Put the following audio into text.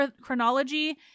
chronology